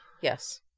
yes